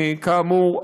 כאמור,